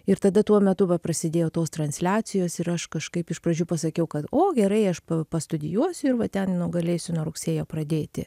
ir tada tuo metu va prasidėjo tos transliacijos ir aš kažkaip iš pradžių pasakiau kad o gerai aš pastudijuosiu ir va ten nu galėsiu nuo rugsėjo pradėti